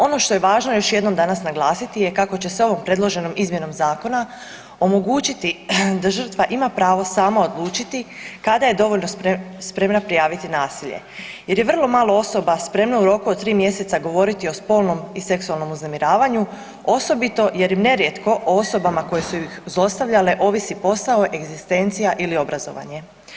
Ono što je važno još jednom danas naglasiti je kako će se ovom predloženom izmjenom zakona omogućiti da žrtva ima pravo sama odlučiti kada je dovoljno sprema prijaviti nasilje jer je vrlo malo osoba spremno u roku od 3 mj. govoriti o spolnom i seksualnom uznemiravanju, osobito im nerijetko osobama koje su ih zlostavljale, ovisi posao, egzistencija ili obrazovanje.